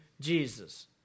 Jesus